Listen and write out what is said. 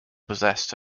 possessed